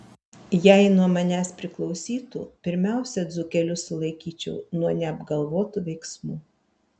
jei nuo manęs priklausytų pirmiausia dzūkelius sulaikyčiau nuo neapgalvotų veiksmų